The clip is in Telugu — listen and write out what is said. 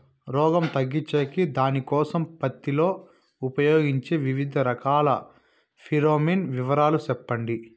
రోగం తగ్గించేకి దానికోసం పత్తి లో ఉపయోగించే వివిధ రకాల ఫిరోమిన్ వివరాలు సెప్పండి